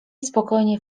spokojnie